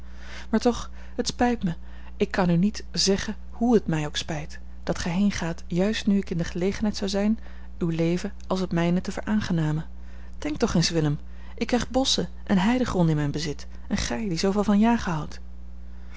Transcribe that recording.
maar toch het spijt mij ik kan u niet zeggen hoe het mij ook spijt dat gij heengaat juist nu ik in de gelegenheid zou zijn uw leven als het mijne te veraangenamen denk toch eens willem ik krijg bosschen en heidegronden in mijn bezit en gij die zooveel van jagen houdt